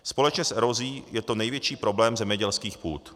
Společně s erozí je to největší problém zemědělských půd.